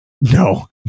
No